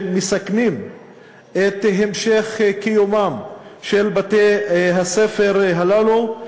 מסכנים את המשך קיומם של בתי-הספר הללו.